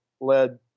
led